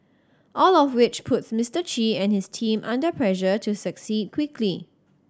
all of which puts Mister Chi and his team under pressure to succeed quickly